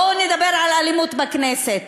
בואו נדבר על אלימות בכנסת,